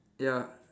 ya